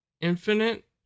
Infinite